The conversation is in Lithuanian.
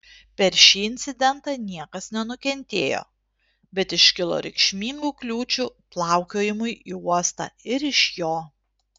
per šį incidentą niekas nenukentėjo bet iškilo reikšmingų kliūčių plaukiojimui į uostą ir iš jo